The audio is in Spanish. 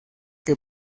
que